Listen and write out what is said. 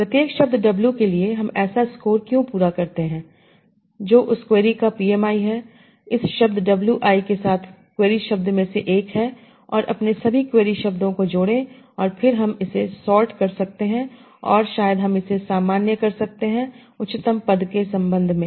प्रत्येक शब्द w के लिए हम ऐसा स्कोर क्यों पूरा करते हैं जो उस क्वेरी का PMI है इस शब्द wi के साथ क्वेरी शब्द में से एक है और अपने सभी क्वेरी शब्दों को जोड़ें और फिर हम इसे सॉर्ट कर सकते हैं और शायद हम इसे सामान्य कर सकते हैं उच्चतम पद के संबंध में